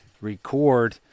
record